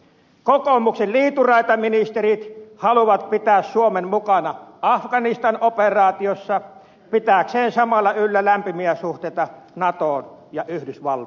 kokoomuksen liituraitaministerit haluavat pitää suomen mukana afganistan operaatiossa pitääkseen samalla yllä lämpimiä suhteita natoon ja yhdysvaltoihin